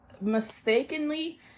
mistakenly